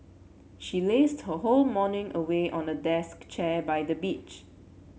she lazed her whole morning away on a deck chair by the beach